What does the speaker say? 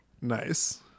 Nice